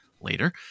later